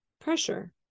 pressure